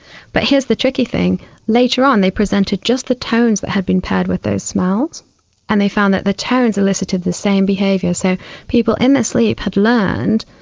but here's the tricky thing later on they presented just the tones that had been paired with those smells and they found that the tones elicited the same behaviour. so people in their sleep had learned,